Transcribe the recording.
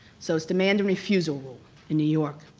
so it's demand and refusal rule in new york.